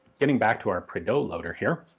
getting back to our prideaux loader here.